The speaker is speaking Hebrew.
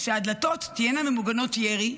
שהדלתות תהיינה ממוגנות ירי.